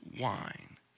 wine